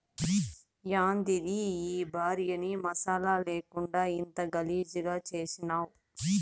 యాందిది ఈ భార్యని మసాలా లేకుండా ఇంత గలీజుగా చేసినావ్